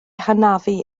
hanafu